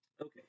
Okay